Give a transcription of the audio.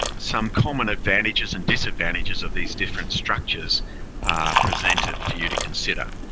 some common advantages and disadvantages of these different structures are presented for you to consider,